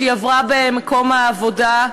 שהיא עברה במקום העבודה,